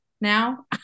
now